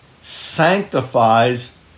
sanctifies